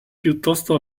piuttosto